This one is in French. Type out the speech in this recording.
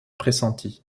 pressenti